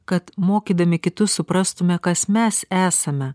kad mokydami kitus suprastume kas mes esame